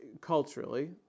culturally